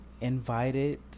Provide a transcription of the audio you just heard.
invited